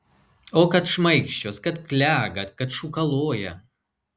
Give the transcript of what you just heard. o kad šmaikščios kad klega kad šūkaloja